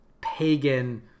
pagan